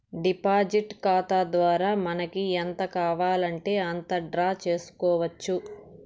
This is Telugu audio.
డిపాజిట్ ఖాతా ద్వారా మనకి ఎంత కావాలంటే అంత డ్రా చేసుకోవచ్చు